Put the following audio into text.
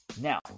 now